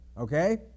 okay